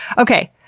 okay,